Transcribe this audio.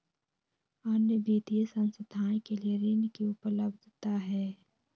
अन्य वित्तीय संस्थाएं के लिए ऋण की उपलब्धता है?